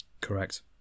Correct